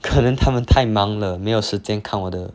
可能他们太忙了没有时间看我的